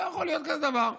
לא יכול להיות כזה דבר.